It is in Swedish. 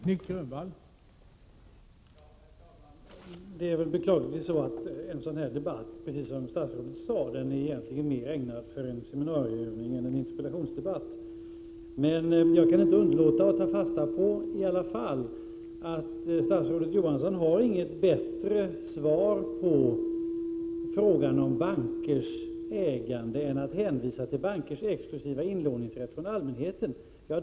Herr talman! Det är väl beklagligtvis så att en sådan här debatt, precis som statsrådet sade, egentligen är mer ägnad att föras i en seminarieövning än ien interpellationsdebatt. Jag kan emellertid inte underlåta att ta fasta på att statsrådet Johansson inte har något bättre svar på min fråga om bankers ägande än att hänvisa till bankers exklusiva inlåningsrätt från allmänheten.